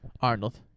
Arnold